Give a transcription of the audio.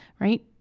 right